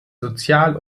sozial